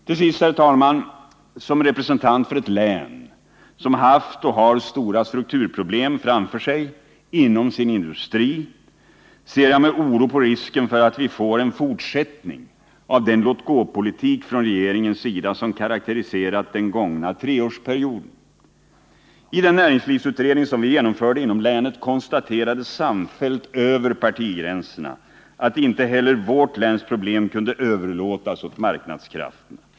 Till sist, herr talman, vill jag säga att som representant för ett län som haft och har stora strukturproblem framför sig inom sin industri ser jag med oro på risken för att vi får en fortsättning av den låtgåpolitik från regeringens sida som karaktäriserat den gångna treårsperioden. I den näringslivsutredning som vi genomförde inom länet konstaterades samfällt över partigränserna att inte heller vårt läns problem kunde överlåtas åt marknadskrafterna.